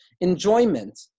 enjoyment